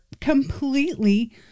completely